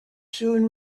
soon